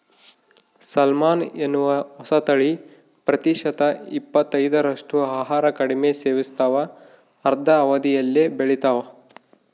salmon ಎನ್ನುವ ಹೊಸತಳಿ ಪ್ರತಿಶತ ಇಪ್ಪತ್ತೈದರಷ್ಟು ಆಹಾರ ಕಡಿಮೆ ಸೇವಿಸ್ತಾವ ಅರ್ಧ ಅವಧಿಯಲ್ಲೇ ಬೆಳಿತಾವ